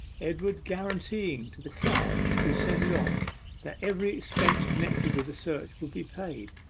edward guaranteeing to the clerk who sent it off that every expense connected with the search would be paid.